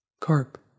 Carp